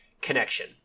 connection